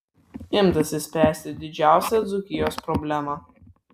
imtasi spręsti didžiausią dzūkijos problemą